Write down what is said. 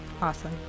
Awesome